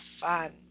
fun